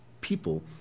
people